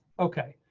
okay.